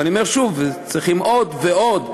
ואני אומר שוב שצריכים עוד ועוד,